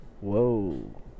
Whoa